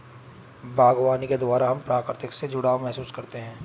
बागवानी के द्वारा हम प्रकृति से जुड़ाव महसूस करते हैं